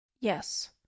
Yes